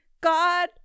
God